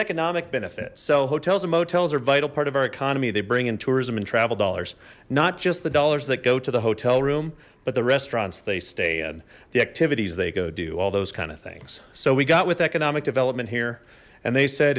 economic benefits hotels and motels are vital part of our economy they bring in tourism and travel dollars not just the dollars that go to the hotel room but the restaurants they stay in the activities they go do all those kind of things so we got with economic development here and they said